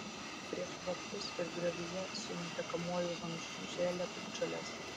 prieš vartus ir griovyje su nutekamuoju vamzdžiu žėlė piktžolės